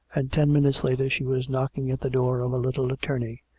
and ten minutes later she was knocking at the door of a little attorney,